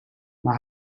mijn